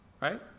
right